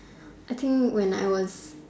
I think when I was